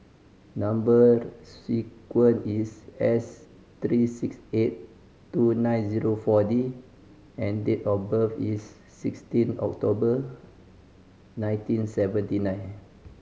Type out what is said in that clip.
number sequence is S three six eight two nine zero Four D and date of birth is sixteen October nineteen seventy nine